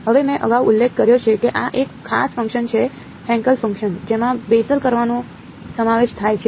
હવે મેં અગાઉ ઉલ્લેખ કર્યો છે કે આ એક ખાસ ફંક્શન છે હેન્કેલ ફંક્શન જેમાં બેસેલ ફંક્શનનો સમાવેશ થાય છે